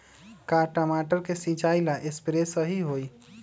का टमाटर के सिचाई ला सप्रे सही होई?